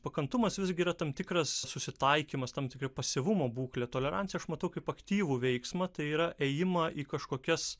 pakantumas visgi yra tam tikras susitaikymas tam tikra pasyvumo būklė toleranciją aš matau kaip aktyvų veiksmą tai yra ėjimą į kažkokias